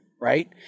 right